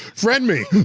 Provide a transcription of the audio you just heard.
friend me!